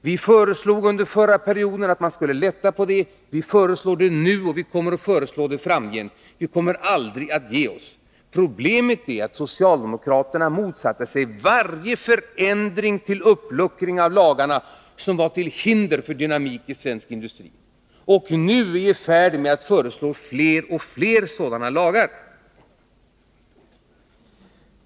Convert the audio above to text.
Vi föreslog under förra perioden att man skulle lätta på detta, vi föreslår det nu och vi kommer att föreslå det framgent. Vi kommer aldrig att ge OSS. Problemet är att socialdemokraterna motsatte sig varje förändring eller uppluckring av de lagar som var till hinder för dynamiken i svensk industri. Och nu är de i färd med att föreslå fler och fler sådana lagar.